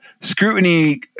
scrutiny